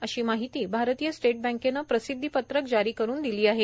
अशी माहिती भारतीय स्टेट बँकेनं प्रसिद्धीपत्रक जारी करून दिली आहे